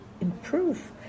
improve